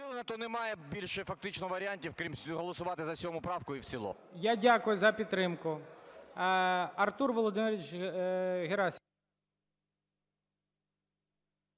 Я дякую за підтримку.